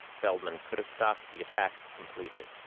feldman could have stopped the attack completely.